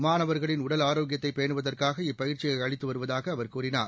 மாணவர்களின் உடல் ஆரோக்கியத்தைப் பேனுவதற்காக இப்பயிற்சியை அளித்து வருவதாக அவர் கூறினார்